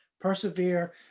Persevere